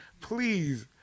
please